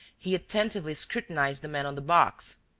he attentively scrutinized the man on the box.